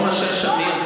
למה רק,